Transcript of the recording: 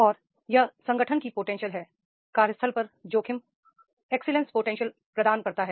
और यह संगठन की पोटेंशियल हैi कार्यस्थल पर जोखिम एक्सीलेंस पोटेंशियल प्रदान प्करता है